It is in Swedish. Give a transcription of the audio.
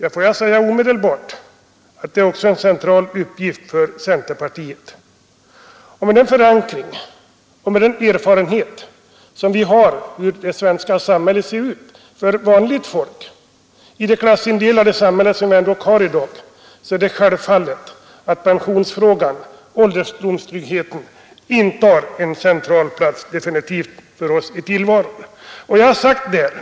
Låt mig omedelbart säga att det också är en central uppgift för centerpartiet. För oss — med vår förankring och med den erfarenhet vi har av hur det svenska samhället ser ut för vanligt folk i dagens trots allt klassindelade samhälle — är det självklart att pensionsfrågan, ålderdomstryggheten, intar en central plats.